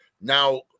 now